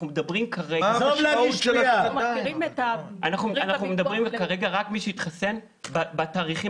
אנחנו מדברים כרגע רק על מי שהתחסן בתאריכים